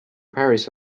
paris